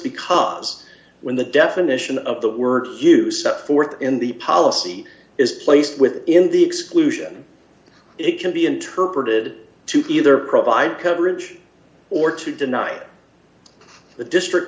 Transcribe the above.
because when the definition of the word use forth in the policy is placed within the exclusion it can be interpreted to either provide coverage or to deny the district